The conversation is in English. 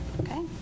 okay